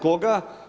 Koga?